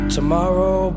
Tomorrow